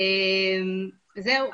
זהו.